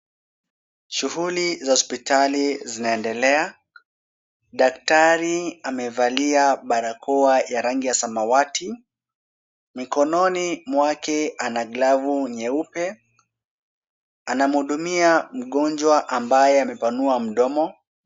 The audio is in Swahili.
Shughuli za hosipitali zinaendelea, daktari amevalia barakoa ya rangi ya samawati, mikononi mwake anaglavu nyeupe, anamuhudumia mgonjwa ambaye amepanua mdomo.